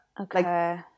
Okay